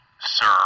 sir